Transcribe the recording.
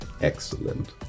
Excellent